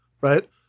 Right